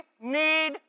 need